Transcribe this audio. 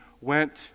went